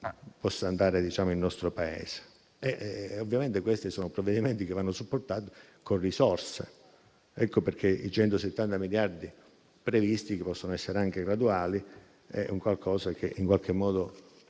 possa andare il nostro Paese. Ovviamente sono provvedimenti che vanno supportati con risorse. Ecco perché i 170 miliardi previsti, che possono essere anche graduali, in qualche modo